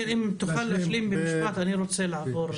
אם תוכל להשלים במשפט, אני רוצה לעבור הלאה.